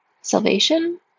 salvation